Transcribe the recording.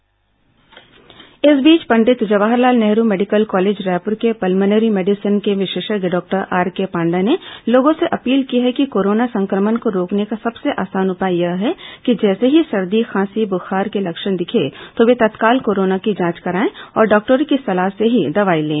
corona विशेषज्ञ doctor सलाह इस बीच पंडित जवाहरलाल नेहरू मेडिकल कॉलेज रायपुर के पल्मोनरी मेडिसीन के विशेषज्ञ डॉक्टर आर के पांडा ने लोगों से अपील की है कि कोरोना संक्रमण को रोकने का सबसे आसान उपाय यह है कि जैसे ही सर्दी खांसी बुखार के लक्षण दिखे तो वे तत्काल कोरोना की जांच कराएं और डॉक्टरों की सलाह से ही दवाई लें